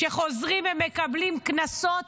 שחוזרים ומקבלים קנסות